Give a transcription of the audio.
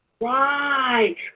right